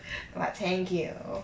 but thank you